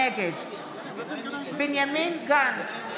נגד בנימין גנץ,